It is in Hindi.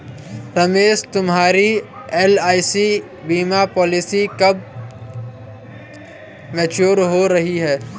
रमेश तुम्हारी एल.आई.सी बीमा पॉलिसी कब मैच्योर हो रही है?